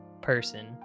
person